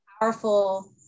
powerful